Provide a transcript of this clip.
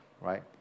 right